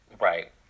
Right